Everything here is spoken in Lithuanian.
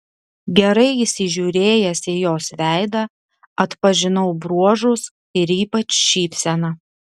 gerai įsižiūrėjęs į jos veidą atpažinau bruožus ir ypač šypseną